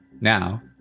Now